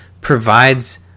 provides